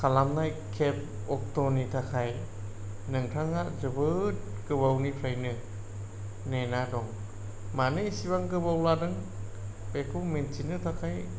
खालामनाय केब अक्ट'नि थाखाय नोंथाङा जोबोद गोबावनिफ्रायनो नेना दं मानो इसेबां गोबाव लादों बेखौ मिन्थिनो थाखाय